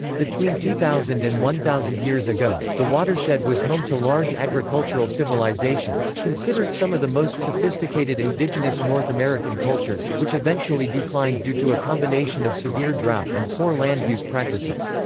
between two thousand and one thousand years ago, the watershed was home to large agricultural civilizations considered some of the most sophisticated indigenous north american cultures which eventually declined due to a combination of severe drought and poor land use practices.